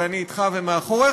ואני אתך ומאחוריך,